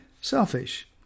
selfish